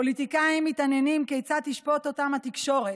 פוליטיקאים מתעניינים כיצד תשפוט אותם התקשורת,